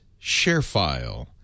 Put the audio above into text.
ShareFile